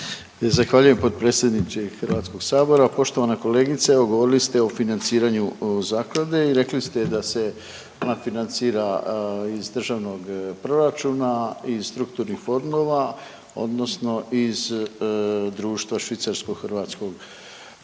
Zahvaljujem potpredsjedniče Hrvatskog sabora. Poštovana kolegice evo govorili ste o financiranju zaklade i rekli ste da se ona financira iz državnog proračuna, iz strukturnih fondova odnosno iz društva Švicarsko-hrvatskog.